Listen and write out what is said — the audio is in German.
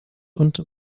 und